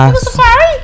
Safari